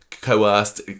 coerced